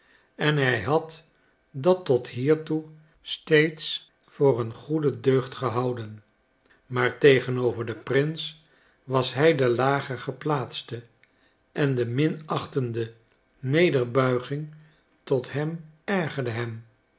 en hij had dat tot hiertoe steeds voor een groote deugd gehouden maar tegenover den prins was hij de lager geplaatste en de minachtende nederbuiging tot hem ergerde hem